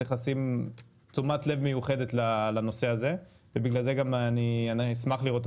צריך לשים תשומת לב מיוחד על הנושא הזה ובגלל זה גם אני אשמח לראות את